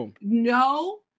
no